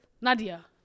Nadia